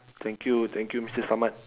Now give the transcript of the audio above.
thank you thank you mister Samad